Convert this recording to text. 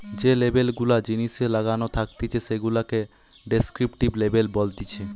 যে লেবেল গুলা জিনিসে লাগানো থাকতিছে সেগুলাকে ডেস্ক্রিপটিভ লেবেল বলতিছে